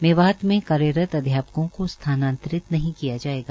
मेवात में कार्यरत अध्यापकों को स्थानांतरित नहीं किया जायेगा